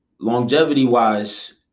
Longevity-wise